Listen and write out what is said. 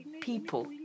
people